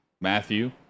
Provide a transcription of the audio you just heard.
Matthew